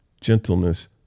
gentleness